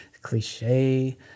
cliche